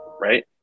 right